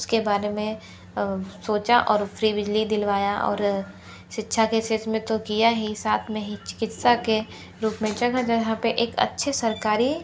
उसके बारे में सोचा और फ्री बिजली दिलवाया और शिक्षा के क्षेत्र में तो किया ही साथ में ही चिकित्सा के रूप में जगह जगह पर एक अच्छे सरकारी